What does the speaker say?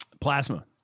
plasma